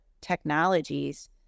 technologies